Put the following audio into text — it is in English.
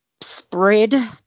spread